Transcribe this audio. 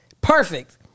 perfect